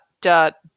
dot